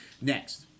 next